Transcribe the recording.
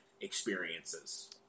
experiences